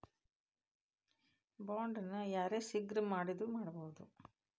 Bond ನ ಯಾರ್ಹೆಸ್ರಿಗ್ ಬೆಕಾದ್ರುಮಾಡ್ಬೊದು?